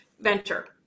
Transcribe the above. venture